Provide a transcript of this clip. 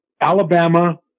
Alabama